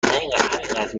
همینقد